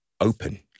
open